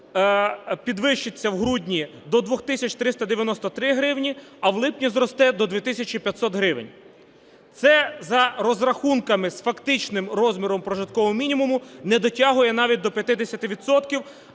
підвищиться в грудні до 2 тисяч 393 гривні, а в липні зросте до 2 тисячі 500 гривень. Це за розрахунками з фактичним розміром прожиткового мінімуму не дотягує навіть до 50